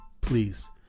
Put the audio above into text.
Please